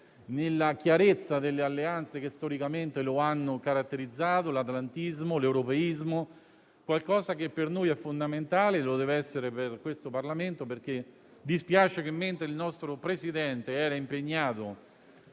nella chiarezza delle alleanze che storicamente lo hanno caratterizzato (l'atlantismo, l'europeismo), qualcosa che per noi è fondamentale e lo deve essere per questo Parlamento. Dispiace che, mentre il nostro Presidente era impegnato